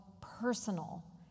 personal